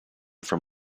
from